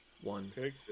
one